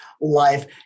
life